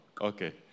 Okay